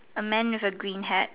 a man with a green hat